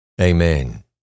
amen